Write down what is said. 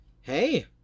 hey